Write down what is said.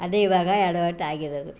ಅದೇ ಇವಾಗ ಎಡವಟ್ಟಾಗಿರೋದು